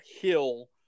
Hill